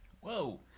whoa